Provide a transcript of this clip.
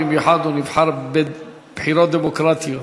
במיוחד שהוא נבחר בבחירות דמוקרטיות,